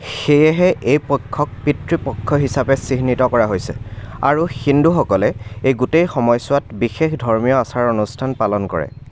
সেয়েহে এই পক্ষক পিতৃ পক্ষ হিচাপে চিহ্নিত কৰা হৈছে আৰু হিন্দুসকলে এই গোটেই সময়ছোৱাত বিশেষ ধৰ্মীয় আচাৰ অনুষ্ঠান পালন কৰে